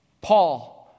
Paul